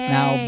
Now